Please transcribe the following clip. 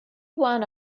one